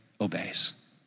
obeys